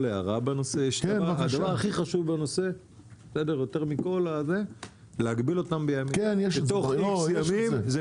הדבר הכי חשוב בנושא להגביל אותם תוך איקס ימים.